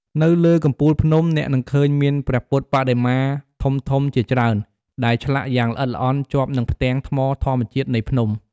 នៅលើកំពូលភ្នំ អ្នកនឹងឃើញមានព្រះពុទ្ធបដិមាធំៗជាច្រើន ដែលឆ្លាក់យ៉ាងល្អិតល្អន់ជាប់នឹងផ្ទាំងថ្មធម្មជាតិនៃភ្នំ។